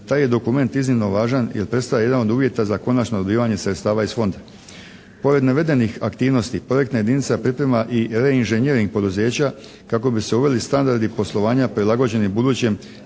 Taj je dokument iznimno važan jer predstavlja jedan od uvjeta za konačno dobivanje sredstava iz fonda. Pored navedenih aktivnosti projekta jedinica priprema i reinžinjering poduzeća kako bi se uveli standardi poslovanja prilagođeni budućem